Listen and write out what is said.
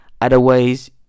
otherwise